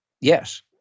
yes